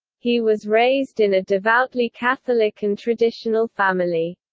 he was raised in a devoutly catholic and traditional family.